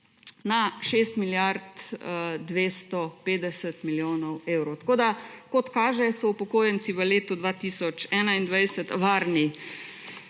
na 6 milijard 250 milijonov evrov. Kot kaže, so upokojenci v letu 2021 varni,